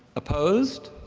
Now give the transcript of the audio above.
opposed?